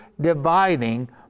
dividing